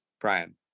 Brian